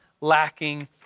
lacking